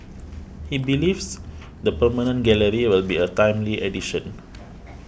he believes the permanent gallery will be a timely addition